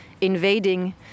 invading